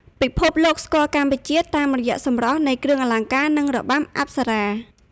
ពិភពលោកស្គាល់កម្ពុជាតាមរយៈសម្រស់នៃគ្រឿងអលង្ការ និងរបាំអប្សរា។